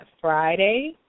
Friday